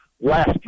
last